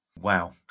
Wow